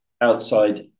outside